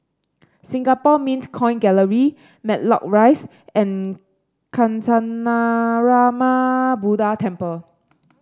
Singapore Mint Coin Gallery Matlock Rise and Kancanarama Buddha Temple